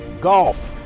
golf